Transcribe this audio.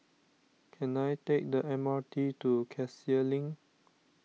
can I take the M R T to Cassia Link